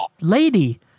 lady